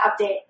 update